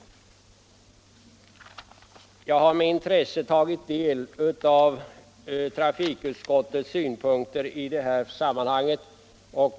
Jag har med intresse tagit del av trafikutskottets synpunkter i det här sammanhanget.